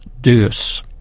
Deus